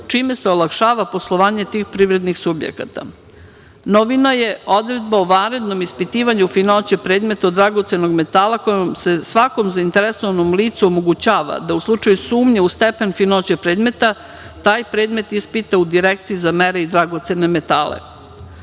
čime se olakšava poslovanje tih privrednih subjekata. Novina je odredba o vanrednom ispitivanju finoće predmeta od dragocenog metala, kojom se svakom zainteresovanom licu omogućava da u slučaju sumnje u stepen finoće predmeta taj predmet ispita u Direkciji za mere i dragocene